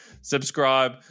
subscribe